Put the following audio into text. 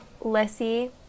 lissy